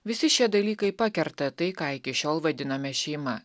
visi šie dalykai pakerta tai ką iki šiol vadinome šeima